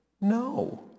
No